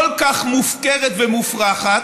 כל כך מופקרת ומופרכת,